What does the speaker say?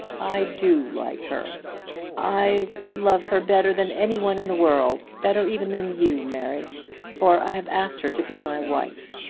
i do like her i love her better than any one in the world better even than you, mary for i have asked her to be my wife.